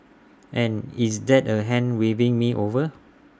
and is that A hand waving me over